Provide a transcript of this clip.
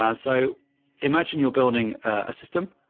ah so imagine you're building a system.